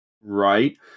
right